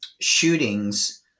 shootings –